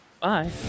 Bye